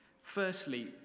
Firstly